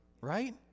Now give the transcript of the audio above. right